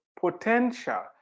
potential